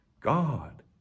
God